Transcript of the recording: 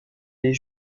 les